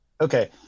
Okay